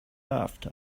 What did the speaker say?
after